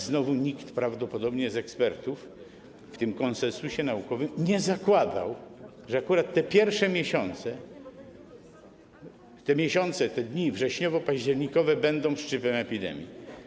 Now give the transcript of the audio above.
Znowu też nikt prawdopodobnie z ekspertów w tym konsensusie naukowym nie zakładał, że akurat te pierwsze miesiące, te dni wrześniowo-październikowe będą szczytem epidemii.